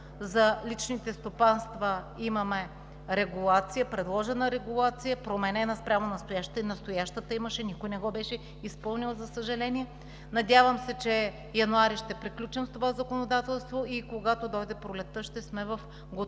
За личните стопанства имаме предложена регулация, променена спрямо настоящата, никой не го беше изпълнил, за съжаление. Надявам се, че януари ще приключим с това законодателство и когато дойде пролетта, ще сме в готовност